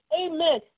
amen